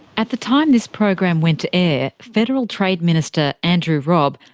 at the time this program went to air, federal trade minister, andrew robb,